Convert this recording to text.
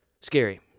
Scary